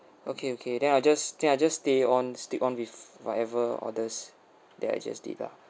okay okay then I just then I just stay on stick on with whatever orders that I just did lah